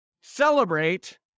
celebrate